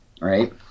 right